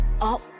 up